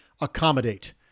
accommodate